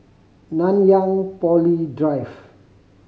Nanyang Poly Drive